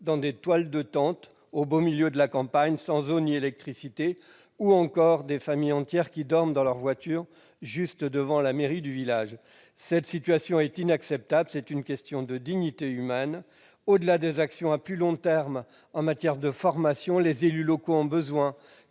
dans des toiles de tente, au beau milieu de la campagne, sans eau ni électricité, ou encore des familles entières qui dorment dans leur voiture, juste devant la mairie du village. Cette situation est inacceptable. C'est une question de dignité humaine. Au-delà des actions à plus long terme en matière de formation, les élus locaux ont besoin